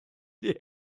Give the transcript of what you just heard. die